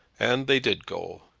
and they did go,